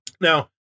now